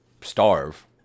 starve